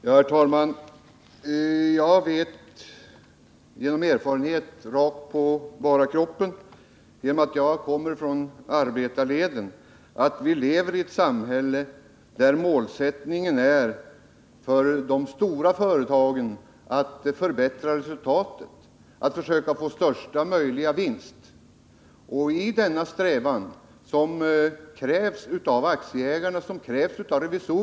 Herr talman! Jag vet genom erfarenhet ”rakt på bara kroppen” — jag kommer från arbetarleden — att vi lever i ett samhälle där målsättningen för de stora företagen är att förbättra resultatet, försöka få största möjliga vinst. Aktieägare och revisorer kräver att företagen har denna strävan.